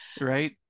Right